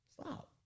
Stop